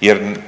jer